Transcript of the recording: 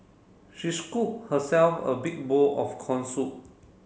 she scoop herself a big bowl of corn soup